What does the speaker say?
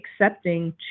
accepting